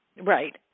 Right